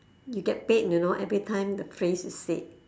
you get paid you know everytime the phrase is said